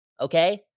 Okay